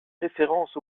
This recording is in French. référence